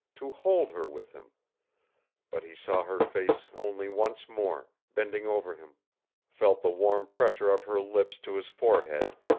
to hold her with him but he saw her face only once more, bending over him felt the warm pressure of her lips to his forehead,